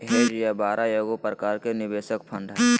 hedge या बाड़ा एगो प्रकार के निवेश फंड हय